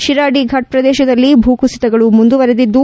ಶಿರಾಡಿ ಫಾಟ್ ಪ್ರದೇಶದಲ್ಲಿ ಭೂಕುಸಿತಗಳು ಮುಂದುವರೆದಿದ್ದು